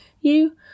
You